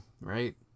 right